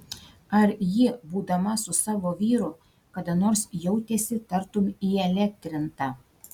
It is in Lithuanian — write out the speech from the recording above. ar ji būdama su savo vyru kada nors jautėsi tartum įelektrinta